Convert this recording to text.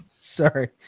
Sorry